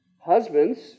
Husbands